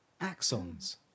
Axons